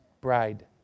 bride